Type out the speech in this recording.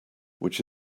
which